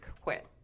quit